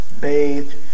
bathed